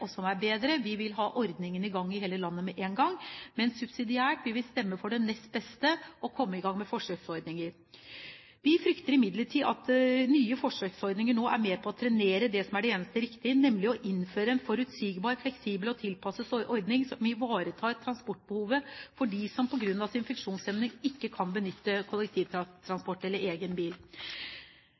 og som er bedre. Vi vil ha ordningen i gang i hele landet med en gang. Men subsidiært vil vi stemme for det nest beste og komme i gang med forsøksordninger. Vi frykter imidlertid at nye forsøksordninger nå er med på å trenere det som er det eneste riktige, nemlig å innføre en forutsigbar, fleksibel og tilpasset ordning som ivaretar transportbehovet for dem som på grunn av sin funksjonshemning ikke kan benytte kollektivtransport eller egen bil.